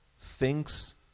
thinks